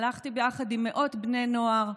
הלכתי ביחד עם מאות בני נוער,